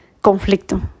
conflicto